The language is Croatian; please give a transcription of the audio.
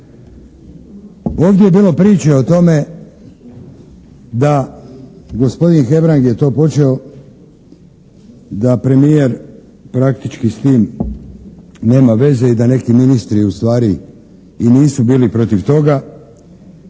Ovdje je bilo priče o tome da gospodin Hebrang je to počeo, da premijer praktički s tim nema veze i da neki ministri ustvari i nisu bili protiv toga.